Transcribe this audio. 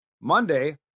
Monday